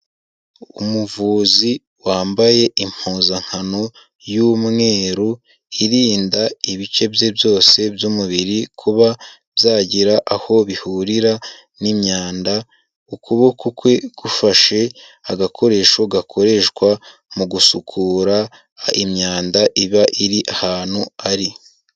Umuvuzi wambaye impuzankano y'umweru irinda ibice bye byose by'umubiri kuba byagira aho bihurira n'imyanda, ukuboko kwe gufashe agakoresho gakoreshwa mu gusukura imyanda iba iri ahantu ari.